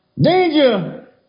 Danger